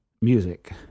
music